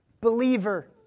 believer